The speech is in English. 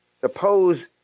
suppose